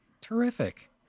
Terrific